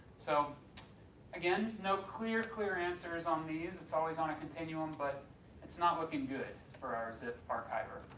so again, no clear, clear answers on these it's always on a continuum, but it's not looking good for our zip archiver.